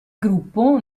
gruppo